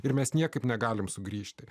ir mes niekaip negalime sugrįžti